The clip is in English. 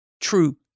true